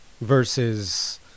versus